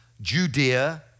Judea